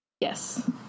Yes